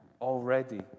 already